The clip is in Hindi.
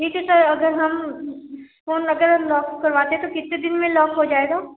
ठीक है सर अगर हम फ़ोन अगर हम लॉक करवाते हैं तो कितने दिन में लॉक हो जाएगा